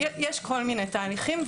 יש כל מיני תהליכים.